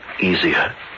easier